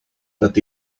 that